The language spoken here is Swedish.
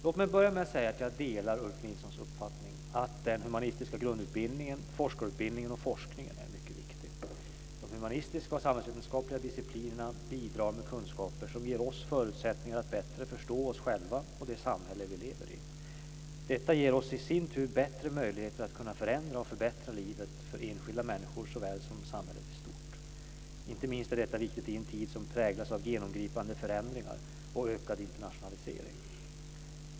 Låt mig börja med att säga att jag delar Ulf Nilssons uppfattning att den humanistiska grundutbildningen, forskarutbildningen och forskningen är mycket viktig. De humanistiska och samhällsvetenskapliga disciplinerna bidrar med kunskaper som ger oss förutsättningar att bättre förstå oss själva och det samhälle vi lever i. Detta ger oss i sin tur bättre möjligheter att kunna förändra och förbättra livet för enskilda människor såväl som samhället i stort. Inte minst är detta viktigt i en tid som präglas av genomgripande förändringar och ökad internationalisering.